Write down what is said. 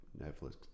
Netflix